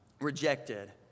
rejected